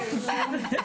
B,